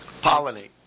Pollinate